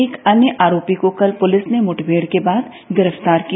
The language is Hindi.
एक अन्य आरोपी को कल पूलिस ने मुठभेड़ के बाद गिरफ्तार किया